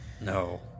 No